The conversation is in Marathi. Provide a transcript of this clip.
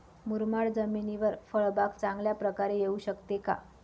मुरमाड जमिनीवर फळबाग चांगल्या प्रकारे येऊ शकते का?